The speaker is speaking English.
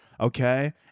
Okay